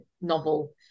novel